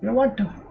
one two